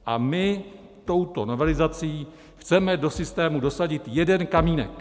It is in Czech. A my touto novelizací chceme do systému dosadit jeden kamínek.